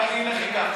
אבל אני אלך איתך,